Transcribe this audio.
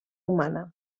humana